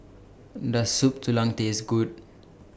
Does Soup Tulang Taste Good